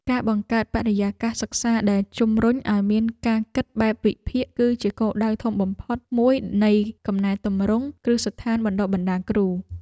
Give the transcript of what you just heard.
ការបង្កើតបរិយាកាសសិក្សាដែលជំរុញឱ្យមានការគិតបែបវិភាគគឺជាគោលដៅធំបំផុតមួយនៃកំណែទម្រង់គ្រឹះស្ថានបណ្តុះបណ្តាលគ្រូ។